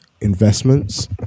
investments